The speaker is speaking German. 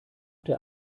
der